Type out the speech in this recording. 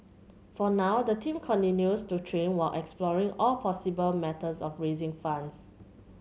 for now the team continues to train while exploring all possible methods of raising funds